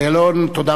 תודה רבה.